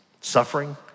suffering